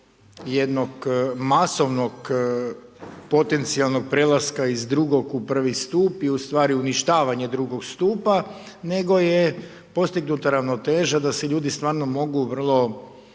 jednog masovnog potencijalnog prelaska iz drugog u prvi stup i ustvari uništavanje drugog stupa, nego je postignuta ravnoteža da se ljudi stvarno mogu vrlo